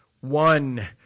one